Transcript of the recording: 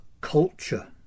culture